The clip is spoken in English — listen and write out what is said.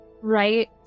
right